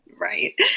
Right